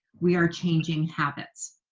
we are changing habits.